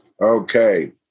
Okay